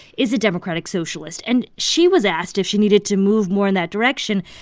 is a democratic socialist. and she was asked if she needed to move more in that direction.